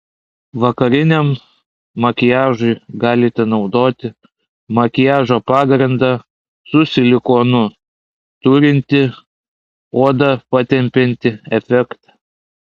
vakariniam makiažui galite naudoti makiažo pagrindą su silikonu turintį odą patempiantį efektą